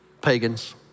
pagans